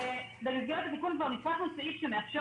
במסגרת התיקון ניסחנו סעיף שמאפשר